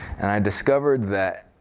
and i discovered that